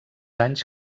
anys